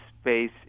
space